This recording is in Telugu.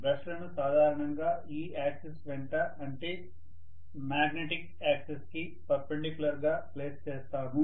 బ్రష్ లను సాధారణంగా ఈ యాక్సిస్ వెంట ఆంటే మాగ్నెటిక్ యాక్సిస్ కి పర్పెండిక్యులర్ గా ప్లేస్ చేస్తాము